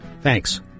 Thanks